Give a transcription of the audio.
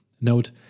Note